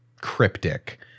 cryptic